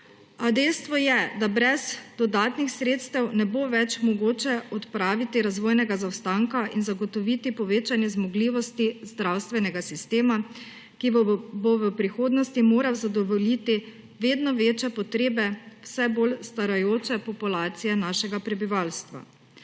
dejstvo je, da brez dodatnih sredstev ne bo več mogoče odpraviti razvojnega zaostanka in zagotoviti povečanja zmogljivosti zdravstvenega sistema, ki bo v prihodnosti moral zadovoljiti vedno večje potrebe vse bolj starajoče populacije našega prebivalstva.